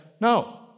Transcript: No